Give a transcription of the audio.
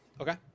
Okay